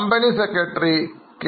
company secretary K